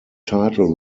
title